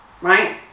right